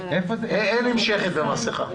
אין עבירה נמשכת על אי-עטיית מסכה,